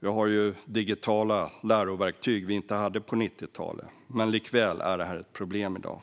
Vi har ju digitala läroverktyg som vi inte hade på 90-talet. Likväl är detta ett problem i dag.